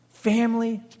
family